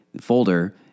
folder